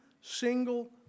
single